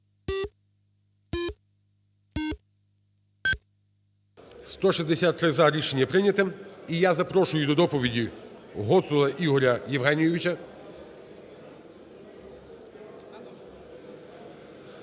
За-163 Рішення прийняте. І я запрошую додоповіді Гоцула Ігоря Євгенійовича.